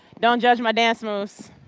don't judge my dance moves.